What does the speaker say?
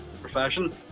profession